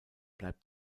bleibt